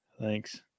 Thanks